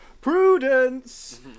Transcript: Prudence